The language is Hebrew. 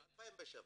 ב-2007.